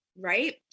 right